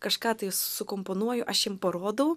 kažką tai sukomponuoju aš jiem parodau